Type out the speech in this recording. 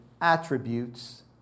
attributes